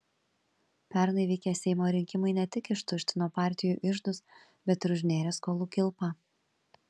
pernai vykę seimo rinkimai ne tik ištuštino partijų iždus bet ir užnėrė skolų kilpą